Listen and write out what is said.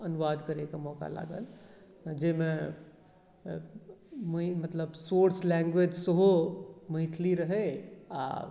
अनुवाद करैके मौका लागल जाहिमे सोर्स लैँग्वेज सेहो मैथिली रहै आओर